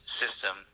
system